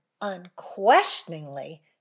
unquestioningly